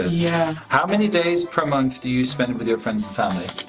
yeah. how many days per month do you spend with your friends and family?